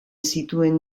zituen